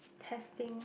testing